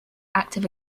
active